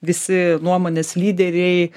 visi nuomonės lyderiai